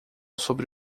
sobre